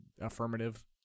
affirmative